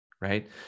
right